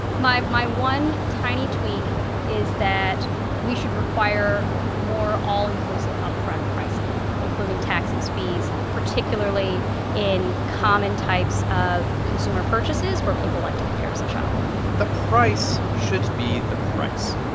my my one tiny tweak is that we should require more all-inclusive, upfront pricing including taxes, fees, particularly in common types of consumer purchases where people like to comparison shop the price should be the price.